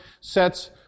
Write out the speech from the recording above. sets